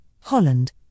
Holland